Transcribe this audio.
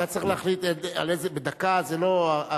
אתה צריך להחליט, בדקה, זה לא,